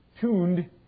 tuned